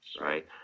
right